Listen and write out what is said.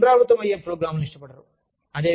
వారు పునరావృతమయ్యే ప్రోగ్రామ్లను ఇష్టపడరు